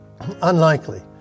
Unlikely